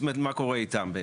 זאת אומרת מה קורה איתם בעצם.